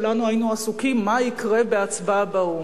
כולנו היינו עסוקים מה יקרה בהצבעה באו"ם.